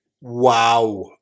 Wow